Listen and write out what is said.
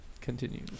continue